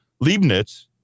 Leibniz